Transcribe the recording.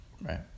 Right